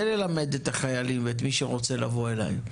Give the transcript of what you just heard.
ללמד את החיילים ואת מי שרוצה לבוא אליי.